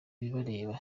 bibareba